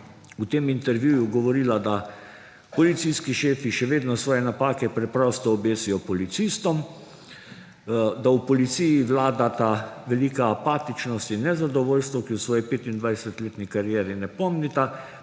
v tem intervjuju govorila, da policijski šefi še vedno svoje napake preprosto obesijo policistom, da v policiji vladata velika apatičnost in nezadovoljstvo, ki je v svoji 25-letni karieri ne pomnita,